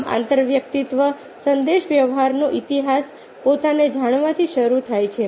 આમ આંતરવ્યક્તિત્વ સંદેશાવ્યવહારનો ઇતિહાસ પોતાને જાણવાથી શરૂ થાય છે